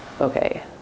okay